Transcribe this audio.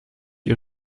ihr